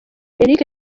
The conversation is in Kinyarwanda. eric